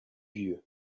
vieux